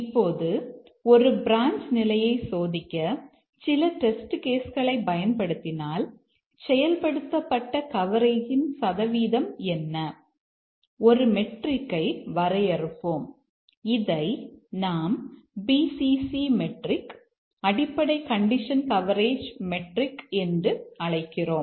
இப்போது ஒரு பிரான்ச் நிலையை சோதிக்க சில டெஸ்ட் கேஸ் என்று அழைக்கிறோம்